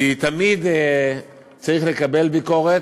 כי תמיד צריך לקבל ביקורת,